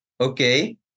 okay